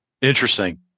Interesting